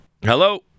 Hello